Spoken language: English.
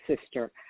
sister